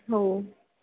हो